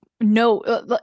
No